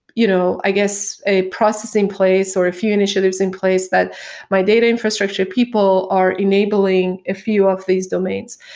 you know i guess, a process in a place or a few initiatives in place that my data infrastructure people are enabling a few of these domains.